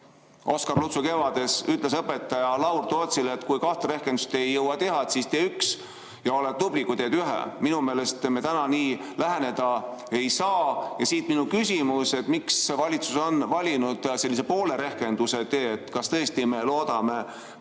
Oskar Lutsu "Kevades" ütles õpetaja Laur Tootsile, et kui kahte rehkendust ei jõua teha, siis tee üks, oled tubli, kui teed ühe. Minu meelest me täna nii läheneda ei saa. Siit minu küsimus: miks valitsus on valinud sellise poole rehkenduse tee? Kas tõesti me loodame